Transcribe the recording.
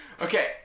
Okay